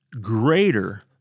greater